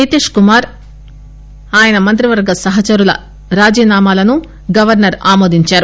నితీష్ కుమార్ ఆయన మత్రివర్గ సహాచరుల రాజీనామాలను గవర్పర్ ఆమోదించారు